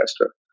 investor